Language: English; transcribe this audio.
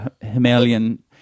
Himalayan